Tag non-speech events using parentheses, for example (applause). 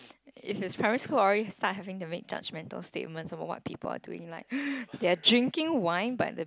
it's in primary school already start having the main judgemental statement about what people are doing like (noise) they are drinking wine but the